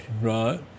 Right